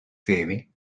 saving